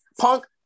Punk